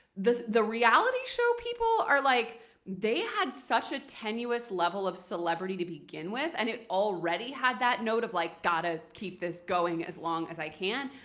the the reality show people are like they had such a tenuous level of celebrity to begin with, and it already had that note of like gotta keep this going as long as i can,